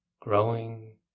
growing